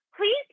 Please